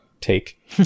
take